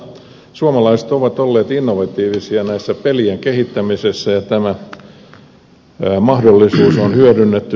totta suomalaiset ovat olleet innovatiivisia näissä pelien kehittämisessä ja tämä mahdollisuus on hyödynnetty